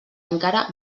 encara